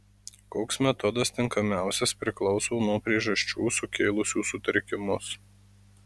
koks metodas tinkamiausias priklauso nuo priežasčių sukėlusių sutrikimus